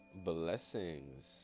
blessings